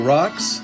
Rocks